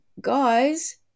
guys